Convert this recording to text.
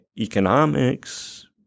economics